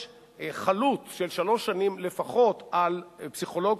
חלוט של שלוש שנים לפחות על פסיכולוג,